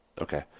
Okay